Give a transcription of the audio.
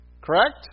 Correct